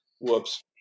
Whoops